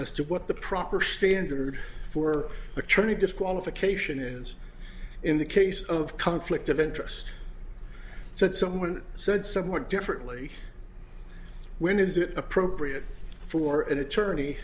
as to what the proper standard for attorney disqualification is in the case of conflict of interest that someone said somewhat differently when is it appropriate for an attorney